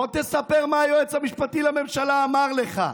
בוא תספר מה היועץ המשפטי לממשלה אמר לך,